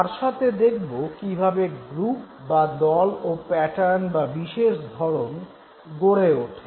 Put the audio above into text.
তার সাথে দেখব কীভাবে গ্রুপ বা দল ও প্যাটার্ন বা বিশেষ ধরণ গড়ে ওঠে